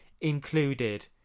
included